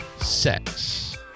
sex